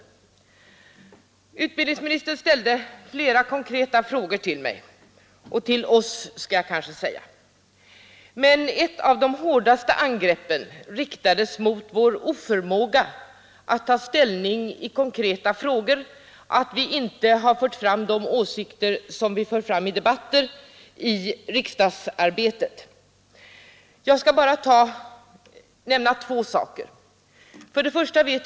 Utbildningsministern ställde flera direkta frågor till oss. Ett av de hårdaste angreppen riktades mot vår oförmåga att ta ställning i konkreta frågor, mot att vi inte i riksdagsarbetet har fört fram de åsikter som vi för fram i debatter. Jag skall bara nämna två saker.